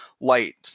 light